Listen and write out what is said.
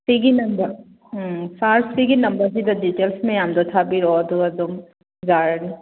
ꯁꯤꯒꯤ number um sir ꯁꯤꯒꯤ ꯅꯝꯕꯔꯁꯤꯗ ꯗꯤꯇꯦꯜꯁ ꯃꯌꯥꯝꯗꯣ ꯊꯥꯕꯤꯔꯛꯑꯣ ꯑꯗꯨꯒ ꯑꯗꯨꯝ ꯌꯥꯔꯅꯤ